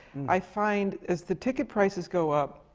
i find, as the ticket prices go up,